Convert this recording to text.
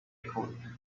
could